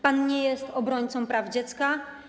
Pan nie jest obrońcą praw dziecka.